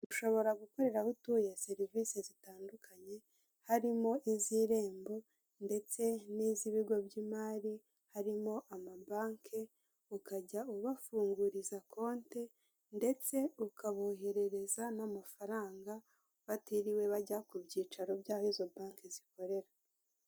Ushobora gukorera aho utuye serivisi zitandukanye, harimo iz'irembo ndetse n'iz'ibigo by'imari, harimo amabanki, ukajya ubafunguriza konti ndetse ukaboherereza n'amafaranga batiriwe bajya ku byicaro by'aho izo banki zikorera.